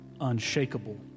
unshakable